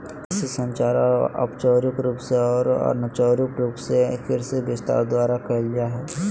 कृषि संचार औपचारिक रूप से आरो अनौपचारिक रूप से कृषि विस्तार द्वारा कयल जा हइ